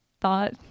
thought